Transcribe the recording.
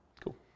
Cool